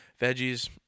Veggies